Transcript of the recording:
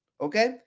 Okay